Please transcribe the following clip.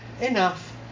enough